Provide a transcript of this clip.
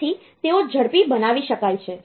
તેથી તેઓ ઝડપી બનાવી શકાય છે